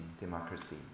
democracy